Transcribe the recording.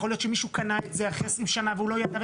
יכול להיות שמישהו קנה את זה לפני 20 שנה והוא לא ידע.